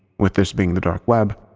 with this being the dark web,